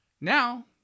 Now